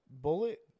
Bullet